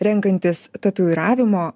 renkantis tatuiravimo